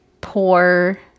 poor